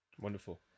wonderful